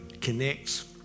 connects